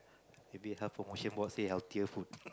maybe health promotion board say healthier food